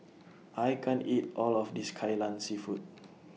I can't eat All of This Kai Lan Seafood